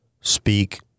speak